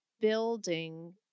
building